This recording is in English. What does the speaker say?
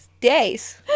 days